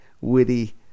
witty